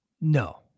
no